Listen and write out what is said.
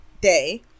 day